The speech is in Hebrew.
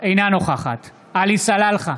נוכחת עלי סלאלחה,